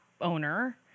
owner